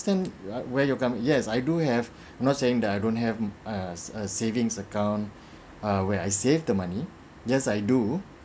where you're coming yes I do have not saying that I don't have err a savings account where I save the money yes I do